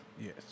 Yes